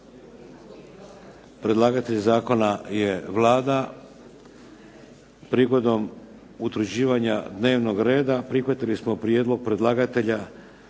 Predlagatelj zakona je Vlada. Prigodom utvrđivanja dnevnog reda prihvatili smo prijedlog predlagatelja